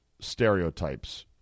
stereotypes